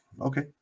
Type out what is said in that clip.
Okay